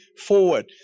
forward